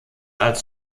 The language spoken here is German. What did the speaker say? als